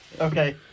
Okay